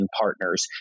partners